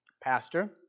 Pastor